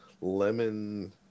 lemon